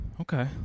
Okay